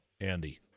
Andy